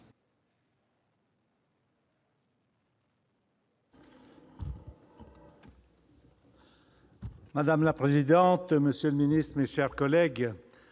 Madame la présidente, monsieur le ministre, mes chers collègues,